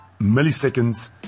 milliseconds